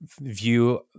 view